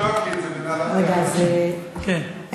אני גם לא חושב שזה נכון לעשות את זה פה,